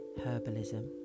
Herbalism